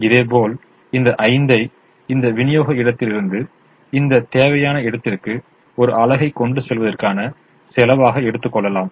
இதேபோல் இந்த 5 ஐ இந்த விநியோக இடத்திலிருந்து இந்த தேவையான இடத்திற்கு ஒரு அலகை கொண்டு செல்வதற்கான செலவாக எடுத்துக் கொள்ளலாம்